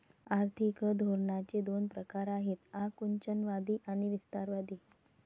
आर्थिक धोरणांचे दोन प्रकार आहेत आकुंचनवादी आणि विस्तारवादी